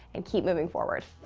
and keep moving forward.